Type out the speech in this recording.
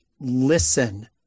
listen